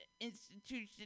institution